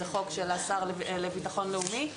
זה חוק של השר לבטחון לאומי.